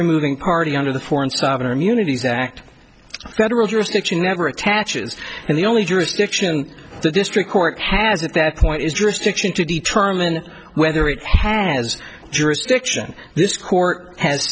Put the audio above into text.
removing party under the foreign sovereign immunity exact federal jurisdiction never attaches and the only jurisdiction the district court has at that point is just fiction to determine whether it has jurist action this court has